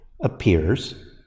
appears